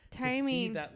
timing